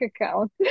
account